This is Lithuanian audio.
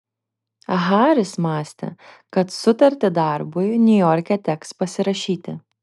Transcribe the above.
haris mąstė kad sutartį darbui niujorke teks pasirašyti